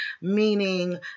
meaning